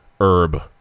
Herb